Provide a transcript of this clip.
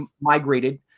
migrated